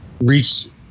reached